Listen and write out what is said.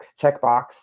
checkbox